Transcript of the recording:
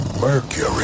Mercury